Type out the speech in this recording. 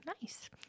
nice